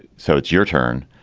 so it's your turn.